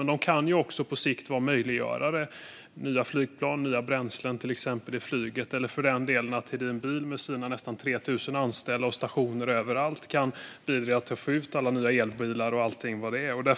Men Norwegian kan också på sikt vara möjliggörare i fråga om till exempel nya flygplan och nya bränslen. Och Hedin Bil med sina nästan 3 000 anställda och stationer överallt kan bidra till att få ut alla nya elbilar och så vidare.